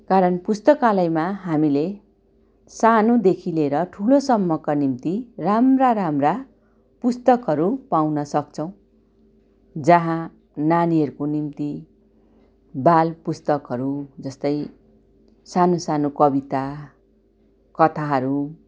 कारण पुस्तकालयमा हामीले सानोदेखि लिएर ठुलोसम्मका निम्ति राम्रा राम्रा पुस्तकहरू पाउन सक्छौँ जहाँ नानीहरूको निम्ति बाल पुस्तकहरू जस्तै सानो सानो कविता कथाहरू